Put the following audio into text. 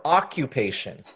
occupation